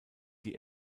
die